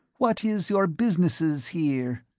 what iss your businesssses here?